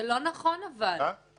זה לא גורע שום דבר.